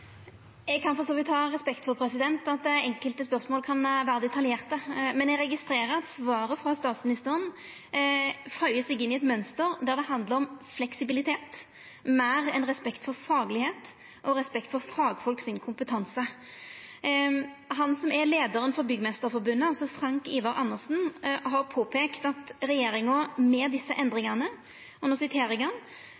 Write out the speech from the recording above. Eg kan for så vidt ha respekt for at enkelte spørsmål kan vera detaljerte. Men eg registrerer at svaret frå statsministeren føyer seg inn i eit mønster der det handlar meir om fleksibilitet enn om respekt for fagkunnskap og kompetansen til fagfolk. Leiaren for Byggmesterforbundet, Frank Ivar Andersen, har påpeikt at regjeringa med desse